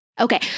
Okay